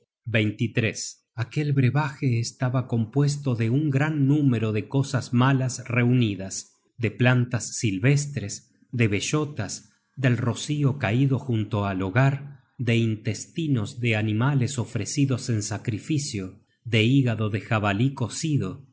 bosques aquel brevaje estaba compuesto de un gran número de cosas malas reunidas de plantas silvestres de bellotas del rocio caido junto al hogar de intestinos de animales ofrecidos en sacrificio de hígado de jabalí cocido